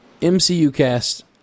mcucast